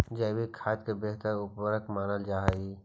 जैविक खाद भी बेहतर उर्वरक मानल जा हई